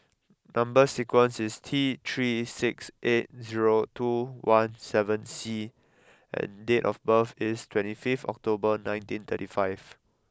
number sequence is T three six eight zero two one seven C and date of birth is twenty fifth October nineteen thirty five